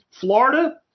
Florida